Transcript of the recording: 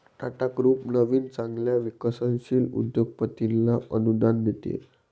Tata group नवीन चांगल्या विकसनशील उद्योगपतींना अनुदान देते